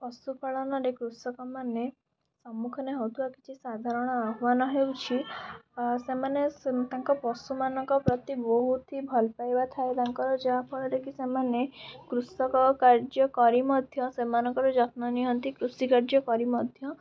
ପଶୁପାଳନରେ କୃଷକମାନେ ସମ୍ମୁଖୀନ ହେଉଥିବା କିଛି ସାଧାରଣ ଆହ୍ୱାନ ହେଉଛି ଅ ସେମାନେ ତାଙ୍କ ପଶୁମାନଙ୍କ ପ୍ରତି ବହୁତି ହି ଭଲପାଇବା ଥାଏ ତାଙ୍କର ଯାହାଫଳରେ କି ସେମାନେ କୃଷକ କାର୍ଯ୍ୟକରି ମଧ୍ୟ ସେମାନଙ୍କର ଯତ୍ନ ନିଅନ୍ତି କୃଷିକାର୍ଯ୍ୟକରି ମଧ୍ୟ